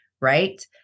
right